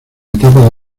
etapa